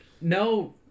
No